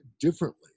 differently